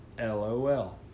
LOL